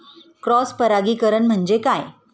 Cross परागीकरण म्हणजे काय?